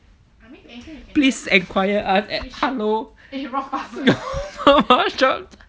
please enquire us at hello